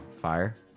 fire